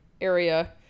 area